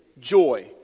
joy